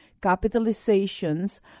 capitalizations